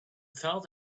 felt